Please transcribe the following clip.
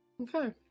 Okay